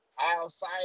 outside